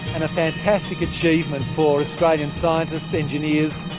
and a fantastic achievement for australian scientists, engineers,